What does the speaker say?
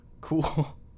Cool